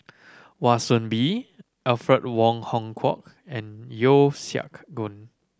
Wan Soon Bee Alfred Wong Hong Kwok and Yeo Siak Goon